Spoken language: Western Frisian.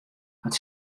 hat